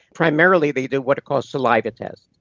primarily they do what are called saliva tests.